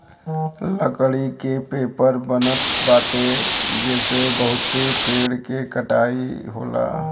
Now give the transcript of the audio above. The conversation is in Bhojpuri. लकड़ी के पेपर बनत बाटे जेसे बहुते पेड़ के कटाई होला